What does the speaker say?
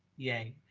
yay.